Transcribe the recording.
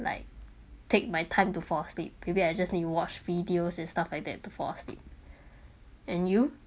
like take my time to fall asleep prepared I just need watch videos and stuff like that to fall asleep and you